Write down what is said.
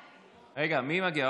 רגע, מי מגיע?